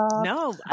No